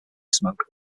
smoke